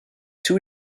two